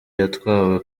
yatwawe